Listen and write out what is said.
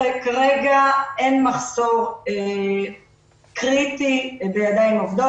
כרגע אין מחסור קריטי בידיים עובדות,